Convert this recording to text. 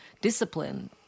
discipline